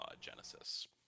Genesis